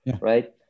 right